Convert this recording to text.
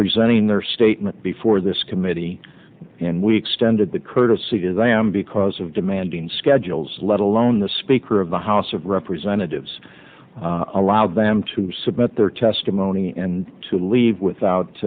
presenting their statement before this committee and we extended the courtesy to them because of demanding schedules let alone the speaker of the house of representatives allow them to submit their testimony and to leave without